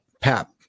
PAP